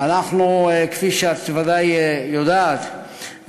כפי שאת ודאי יודעת,